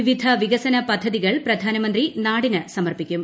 വിവിധ വികസന പ്പദ്ധതികൾ പ്രധാനമന്ത്രി നാടിനു സമർപ്പിക്കും